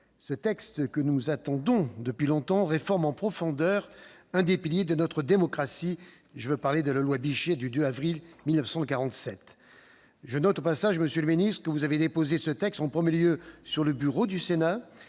Ce texte, que nous attendions depuis longtemps, réforme en profondeur l'un des piliers de notre démocratie, à savoir la loi Bichet du 2 avril 1947. Je note au passage que vous avez déposé ce texte en premier lieu sur le bureau du Sénat,